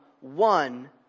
one